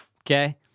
Okay